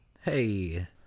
Hey